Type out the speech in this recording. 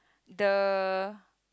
the